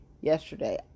yesterday